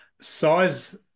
Size